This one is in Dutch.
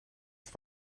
het